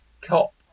cop